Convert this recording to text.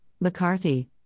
McCarthy